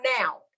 now